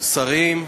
שרים,